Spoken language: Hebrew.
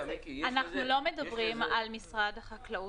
אנחנו לא מדברים על משרד החקלאות.